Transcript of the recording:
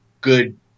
good